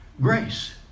grace